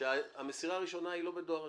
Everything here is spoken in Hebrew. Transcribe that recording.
שהמסירה הראשונה היא לא בדואר רשום,